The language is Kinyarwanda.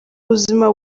buzima